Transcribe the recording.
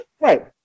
Right